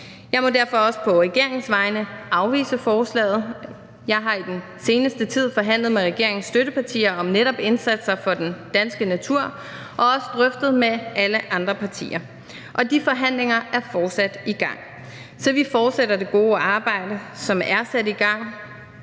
Jeg må derfor også på regeringens vegne afvise forslaget. Jeg har i den seneste tid forhandlet med regeringens støttepartier om netop indsatser for den danske natur og også drøftet med alle andre partier, og de forhandlinger er fortsat i gang. Så vi fortsætter det gode arbejde, som er sat i gang,